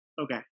Okay